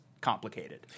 complicated